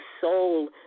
soul